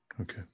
Okay